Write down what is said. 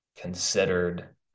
considered